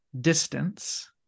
distance